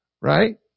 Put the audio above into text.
Right